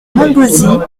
montgauzy